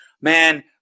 man